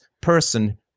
person